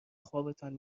خوابتان